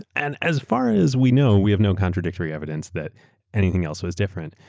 and as far as we know, we have no contradictory evidence that anything else was different,